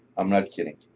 i'm not kidding.